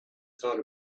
thought